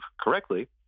correctly